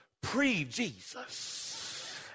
pre-Jesus